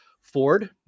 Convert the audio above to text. Ford